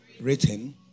Written